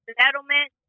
settlement